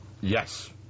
Yes